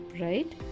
right